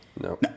No